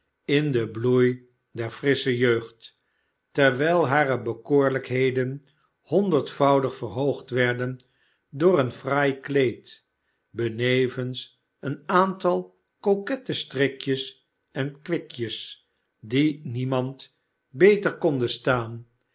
in al den bloei der frissche jeugd terwijl hare bekoorlijkheden honderdvoudig verhoogd werden door een fraai kleed benevens een aantal coquette strikjes en kwikjes die niemand beter konden staan